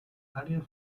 área